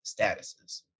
statuses